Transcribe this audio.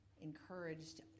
encouraged